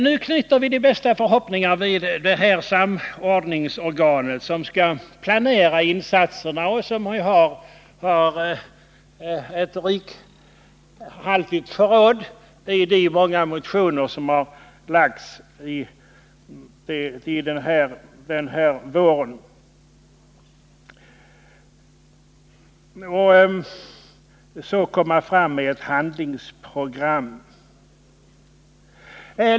Nu knyter vi de bästa förhoppningar till det här samordningsorganet, som skall planera insatser och komma fram med ett handlingsprogram och som har ett rikhaltigt förråd av förslag i de många motioner som har väckts om missbruksvården.